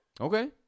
Okay